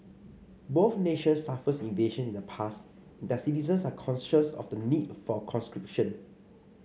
both nations suffered invasions in the past and their citizens are conscious of the need for conscription